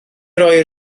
roi